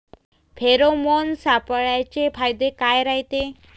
Pheromone सापळ्याचे फायदे काय रायते?